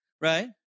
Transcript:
right